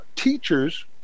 teachers